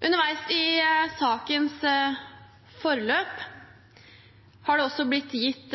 Underveis i sakens forløp har det også blitt gitt